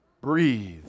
breathe